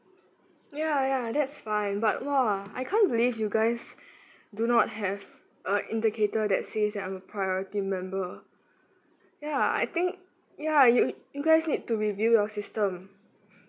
ya ya that's fine but !wah! I can't believe you guys do not have a indicator that says that I am a priority member ya I think ya you you guys need to review your system